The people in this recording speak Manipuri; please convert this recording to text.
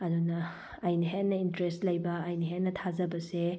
ꯑꯗꯨꯅ ꯑꯩꯅ ꯍꯦꯟꯅ ꯏꯟꯇ꯭ꯔꯦꯁ ꯂꯩꯕ ꯑꯩꯅ ꯍꯦꯟꯅ ꯊꯥꯖꯕꯁꯦ